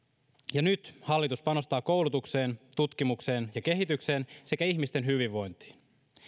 nyt hallitus panostaa koulutukseen tutkimukseen ja kehitykseen sekä ihmisten hyvinvointiin